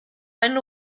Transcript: einen